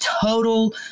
total